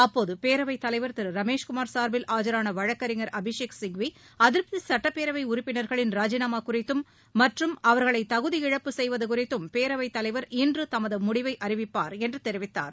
அப்போது பேரவைத் தலைவா் திருரமேஷ்குமார் சார்பில் ஆஜரானா் வழக்கறிஞர் அபிஷேக் சிங்வி அதிருப்திசுட்டப்பேரவைஉறுப்பினர்களின் ராஜினாமாகுறித்தும் மற்றும் அவர்களைதகுதி இழப்பு செய்வதகுறித்தும் பேரவைத் தலைவர் இன்றுதமதுமுடிவைஅறிவிப்பார் என்றுதெரிவித்தார்